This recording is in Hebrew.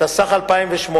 התשס"ח 2008,